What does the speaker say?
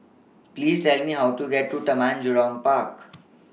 Please Tell Me How to get to Taman Jurong Park